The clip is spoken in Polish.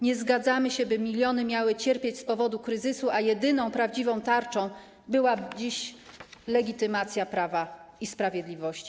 Nie zgadzamy się, by miliony miały cierpieć z powodu kryzysu, a jedyną prawdziwą tarczą była dziś legitymacja Prawa i Sprawiedliwości.